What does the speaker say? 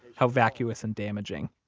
how vacuous and damaging.